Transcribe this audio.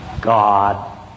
God